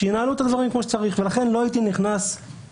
שאלה המקרים המובהקים אדוני,